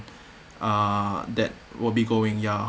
uh that will be going ya